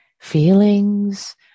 feelings